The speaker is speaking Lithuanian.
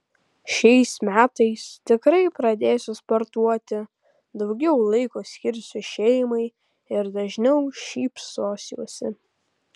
šiais metais tikrai pradėsiu sportuoti daugiau laiko skirsiu šeimai ir dažniau šypsosiuosi